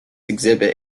exhibit